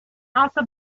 also